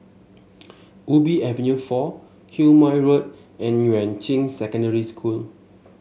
Ubi Avenue four Quemoy Road and Yuan Ching Secondary School